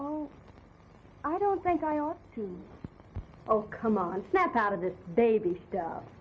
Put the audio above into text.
oh i don't think i ought to over come on snap out of this baby stuff